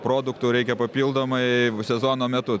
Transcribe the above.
produktų reikia papildomai sezono metu